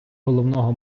головного